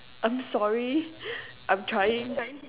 I'm sorry I'm trying